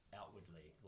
outwardly